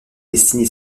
destiné